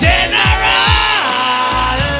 General